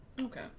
Okay